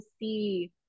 see